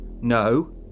No